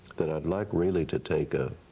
that i'd like really to take a